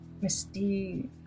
Misty